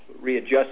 readjust